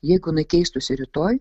jeigu jinai keistųsi rytoj